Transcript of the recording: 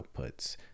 outputs